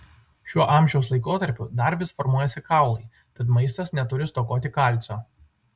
šiuo amžiaus laikotarpiu dar vis formuojasi kaulai tad maistas neturi stokoti kalcio